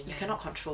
we cannot control